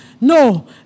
No